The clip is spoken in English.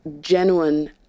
genuine